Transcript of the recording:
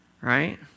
Right